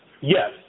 Yes